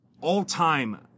all-time